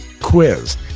quiz